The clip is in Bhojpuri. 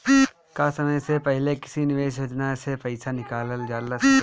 का समय से पहले किसी निवेश योजना से र्पइसा निकालल जा सकेला?